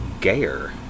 gayer